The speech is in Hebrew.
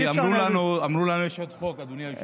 אי-אפשר, אמרו לנו שיש עוד חוק, אדוני היושב-ראש.